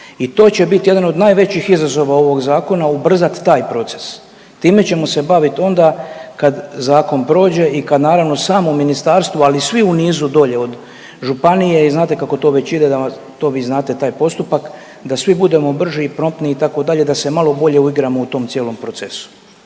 i to će biti jedan od najvećih izazova ovog zakona, ubrzat taj proces. Time ćemo se bavit onda kad zakon prođe i kad naravno samo ministarstvo, ali i svi u nizu dolje od županije i znate kako to već ide da vam, to vi znate taj postupak, da svi budemo brži i promptniji itd., da se malo bolje uigramo u tom cijelom procesu.